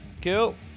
kill